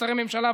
כשרי ממשלה,